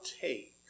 take